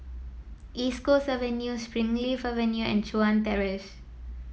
East Coast Avenue Springleaf Avenue and Chuan Terrace